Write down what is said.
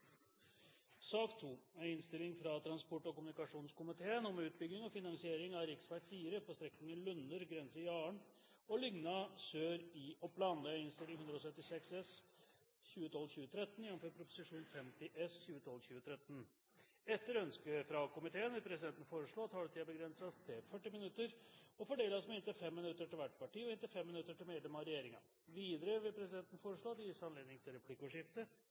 sak nr. 3. Etter ønske fra transport- og kommunikasjonskomiteen vil presidenten foreslå at taletiden begrenses til 40 minutter og fordeles med inntil 5 minutter til hvert parti og inntil 5 minutter til medlem av regjeringen. Videre vil presidenten foreslå at det gis anledning til replikkordskifte